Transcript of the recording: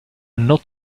not